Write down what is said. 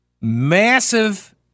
massive